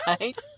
Right